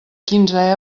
quinze